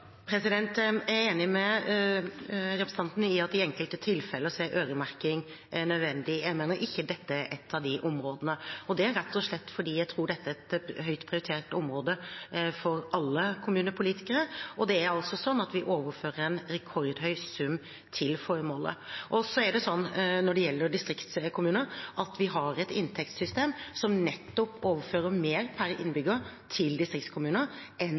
Jeg er enig med representanten i at i enkelte tilfeller er øremerking nødvendig. Jeg mener ikke dette er ett av de områdene, og det er rett og slett fordi jeg tror dette er et høyt prioritert område for alle kommunepolitikere. Og vi overfører altså en rekordhøy sum til formålet. Når det gjelder distriktskommuner, har vi et inntektssystem som nettopp overfører mer per innbygger til distriktskommuner enn